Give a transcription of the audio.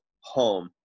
home